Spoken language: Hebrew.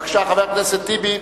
בבקשה, חבר הכנסת טיבי.